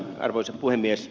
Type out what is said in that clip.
arvoisa puhemies